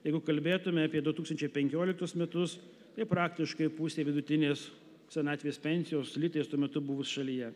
jeigu kalbėtume apie du tūkstančiai penkioliktus metus tai praktiškai pusė vidutinės senatvės pensijos litais tuo metu buvus šalyje